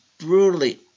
brutally